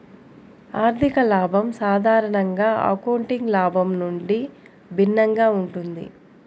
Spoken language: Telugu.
ఆర్థిక లాభం సాధారణంగా అకౌంటింగ్ లాభం నుండి భిన్నంగా ఉంటుంది